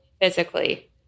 physically